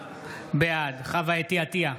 בעד חוה אתי עטייה,